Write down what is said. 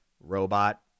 robot